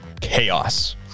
chaos